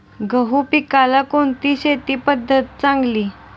गहू पिकाला कोणती शेती पद्धत चांगली?